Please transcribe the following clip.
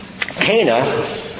Cana